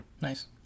Nice